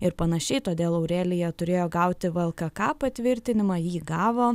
ir panašiai todėl aurelija turėjo gauti vlkk patvirtinimą jį gavo